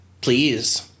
Please